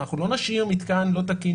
אנחנו לא נשאיר מתקן לא תקין,